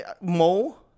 Mo